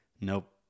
nope